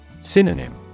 Synonym